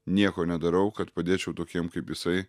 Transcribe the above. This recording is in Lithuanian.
nieko nedarau kad padėčiau tokiem kaip jisai